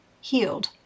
healed